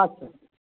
ᱟᱪᱪᱷᱟ